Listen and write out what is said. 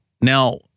Now